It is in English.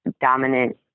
dominant